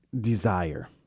desire